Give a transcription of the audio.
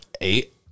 eight